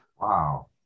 Wow